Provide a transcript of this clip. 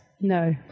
No